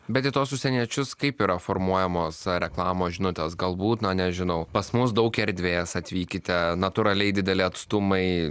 bet į tuos užsieniečius kaip yra formuojamos reklamos žinutės galbūt na nežinau pas mus daug erdvės atvykite natūraliai dideli atstumai